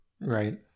right